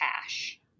cash